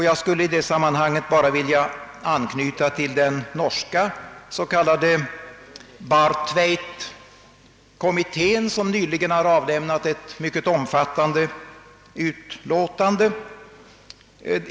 Jag skulle i det sammanhanget vilja anknyta till den norska s.k. Bjartveitkommittén, som nyligen avlämnat ett mycket omfattande utlåtande.